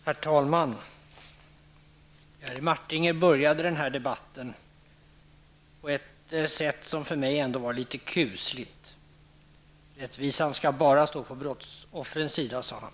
Herr talman! Jerry Martinger inledde den här debatten på ett för mig litet kusligt sätt. Rättvisan skall stå bara på brottsoffrens sida, sade han.